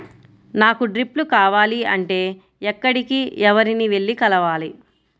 నాకు డ్రిప్లు కావాలి అంటే ఎక్కడికి, ఎవరిని వెళ్లి కలవాలి?